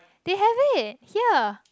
they have it here